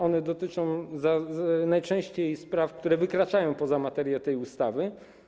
One dotyczą najczęściej spraw, które wykraczają poza materię tej ustawy.